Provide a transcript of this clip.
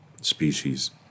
species